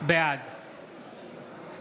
בעד משה סעדה,